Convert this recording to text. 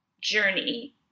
journey